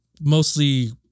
mostly